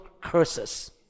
curses